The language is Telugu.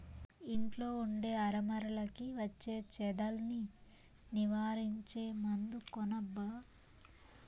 ఇంట్లో ఉండే అరమరలకి వచ్చే చెదల్ని నివారించే మందు కొనబ్బా